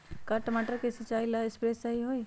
का टमाटर के सिचाई ला सप्रे सही होई?